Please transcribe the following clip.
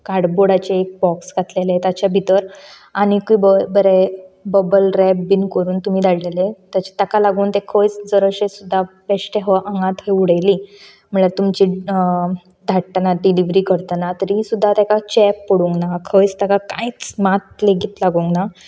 एक कार्डबोर्डाचें एक बॉक्स घातलेलें तेज्या भितर आनीक बरें बबल रॅप बी करून तुमी धाडलेलें ताका लागून तें खंयच अशें सुद्दां बेश्टें हांगा थंय उडयली म्हळ्या तुमची धाडटना डिलीवरी करतना तरी सुद्दां तेका चेंप पडूंक ना खंयच ताका कांयच मात लेगीत लागूंक ना